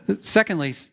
Secondly